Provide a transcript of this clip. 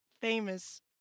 famous